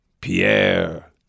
Pierre